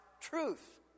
truth